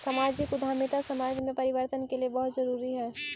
सामाजिक उद्यमिता समाज में परिवर्तन के लिए बहुत जरूरी हई